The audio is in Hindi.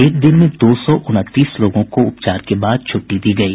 एक दिन में दो सौ उनतीस लोगों को उपचार के बाद छुट्टी दी गयी